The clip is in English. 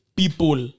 people